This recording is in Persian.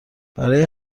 برای